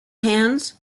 hands